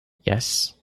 yes